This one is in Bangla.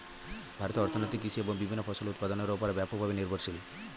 ভারতের অর্থনীতি কৃষি এবং বিভিন্ন ফসলের উৎপাদনের উপর ব্যাপকভাবে নির্ভরশীল